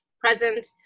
present